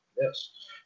Yes